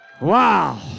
Wow